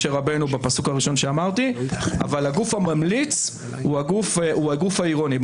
משה רבנו בפסוק הראשון שאמרתי אבל הגוף הממליץ הוא הגוף העירוני.